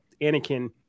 Anakin